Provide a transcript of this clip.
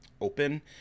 open